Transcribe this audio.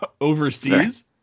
overseas